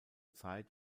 zeit